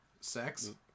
sex